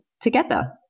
together